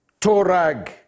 torag